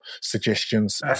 suggestions